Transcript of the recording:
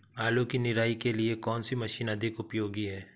आलू की निराई के लिए कौन सी मशीन अधिक उपयोगी है?